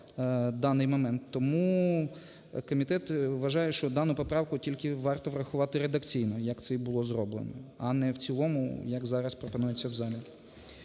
Тому комітет вважає, що дану поправку тільки варто врахувати редакційно, як це і було зроблено, а не в цілому, як зараз пропонується в залі.